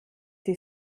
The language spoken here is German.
sie